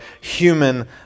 human